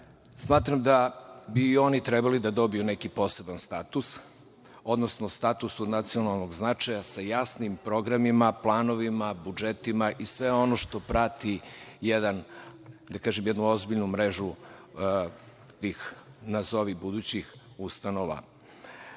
smatram da bi i oni trebali da dobiju neki poseban status, odnosno status od nacionalnog značaja sa jasnim programima, planovima, budžetima i sve ono što prati jednu ozbiljnu mrežu tih nazovi budućih ustanova.